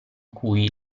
cui